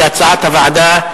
כהצעת הוועדה,